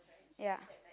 ya